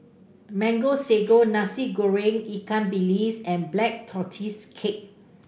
Mango Sago Nasi Goreng Ikan Bilis and Black Tortoise Cake